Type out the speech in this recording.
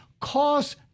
cost